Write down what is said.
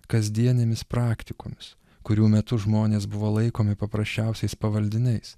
kasdienėmis praktikomis kurių metu žmonės buvo laikomi paprasčiausiais pavaldiniais